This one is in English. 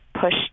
pushed